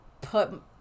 put